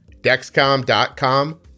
Dexcom.com